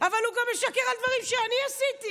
אבל הוא גם משקר על דברים שאני עשיתי.